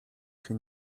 się